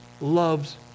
loves